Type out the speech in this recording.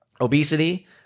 Obesity